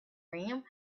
rim